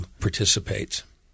participates